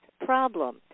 problem